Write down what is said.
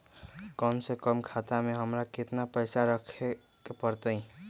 कम से कम खाता में हमरा कितना पैसा रखे के परतई?